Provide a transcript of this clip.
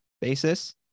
basis